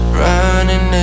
running